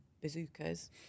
bazookas